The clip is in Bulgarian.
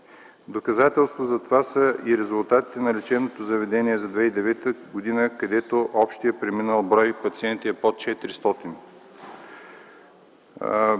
Доказателство за това са и резултатите на лечебното заведение за 2009 г., където общият преминал брой пациенти е под 400.